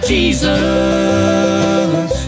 Jesus